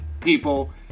people